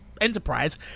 enterprise